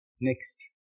next